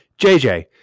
JJ